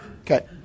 Okay